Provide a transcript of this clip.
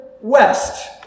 west